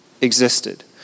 existed